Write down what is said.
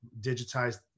digitized